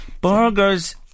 Burgers